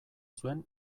zuen